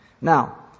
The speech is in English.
Now